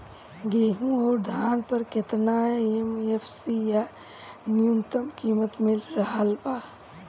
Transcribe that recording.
गेहूं अउर धान पर केतना एम.एफ.सी या न्यूनतम कीमत मिल रहल बा?